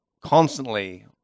constantly